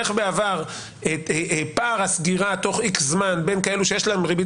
איך בעבר פער הסגירה תוך X זמן בין כאלו שיש להם ריבית